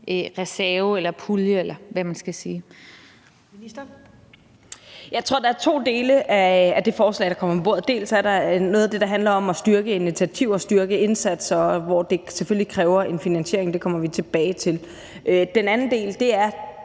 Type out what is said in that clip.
for ligestilling (Trine Bramsen): Jeg tror, at der er to dele af det forslag, der kommer på bordet. Der er noget, der handler om at styrke initiativer og styrke indsatser, hvilket selvfølgelig kræver en finansiering; det kommer vi tilbage til. Og den anden del er